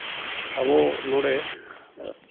ᱟᱵᱚ ᱱᱚᱰᱮ